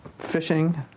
Fishing